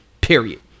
Period